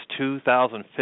2015